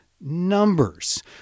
numbers